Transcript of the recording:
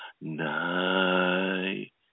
Night